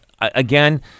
again